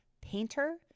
Painter